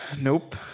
Nope